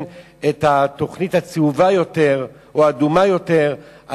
את התוכנית הצהובה יותר או האדומה יותר,